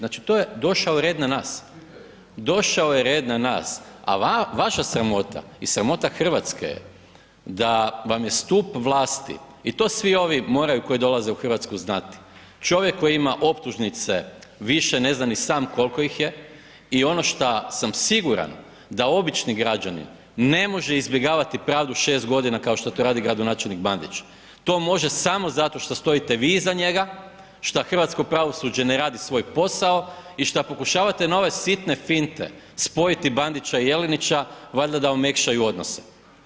Znači to je došao red na nas, došao je red na nas, a vaša sramota i sramota Hrvatske je da vam je stup vlasti i to svi ovi koji dolaze u Hrvatsku moraju znati, čovjek koji ima optužnice više ne zna ni sam koliko ih je i ono šta sam siguran da obični građanin ne može izbjegavati pravdu šest godina kao što to radi gradonačelnik Bandić, to može samo zato što stojite vi iza njega, šta hrvatsko pravosuđe ne radi svoj posao i šta pokušavate na ove sitne finte spojiti Bandića i Jelenića valjda da omekšaju odnose.